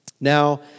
Now